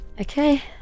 Okay